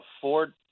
Ford